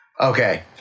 Okay